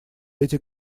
эти